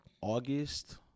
August